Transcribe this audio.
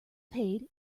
paid